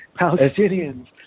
Palestinians